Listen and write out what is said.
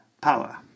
power